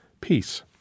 Peace